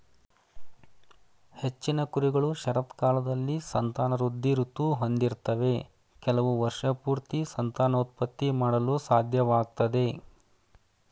ಹೆಚ್ಚಿನ ಕುರಿಗಳು ಶರತ್ಕಾಲದಲ್ಲಿ ಸಂತಾನವೃದ್ಧಿ ಋತು ಹೊಂದಿರ್ತವೆ ಕೆಲವು ವರ್ಷಪೂರ್ತಿ ಸಂತಾನೋತ್ಪತ್ತಿ ಮಾಡಲು ಸಾಧ್ಯವಾಗ್ತದೆ